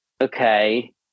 okay